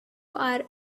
are